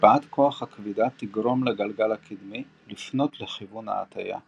השפעת כוח הכבידה תגרום לגלגל הקדמי לפנות לכיוון ההטיה.